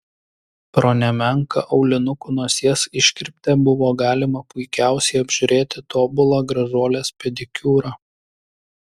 pro nemenką aulinukų nosies iškirptę buvo galima puikiausiai apžiūrėti tobulą gražuolės pedikiūrą